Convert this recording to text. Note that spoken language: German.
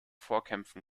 vorkämpfen